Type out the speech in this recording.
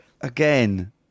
Again